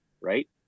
right